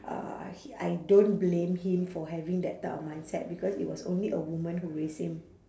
uh I hi~ I don't blame him for having that type of mindset because it was only a woman who raised him